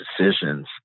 decisions